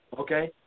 okay